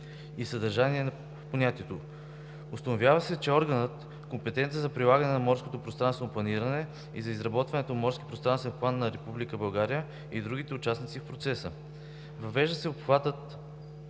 и съдържанието на понятието. Установява се органът, компетентен за прилагане на морското пространствено планиране и за изработване на Морски пространствен план на Република България и другите участници в процеса. Въвеждат се обхватът,